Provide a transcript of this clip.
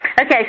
Okay